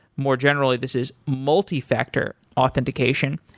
more generally, this is multifactor authentication.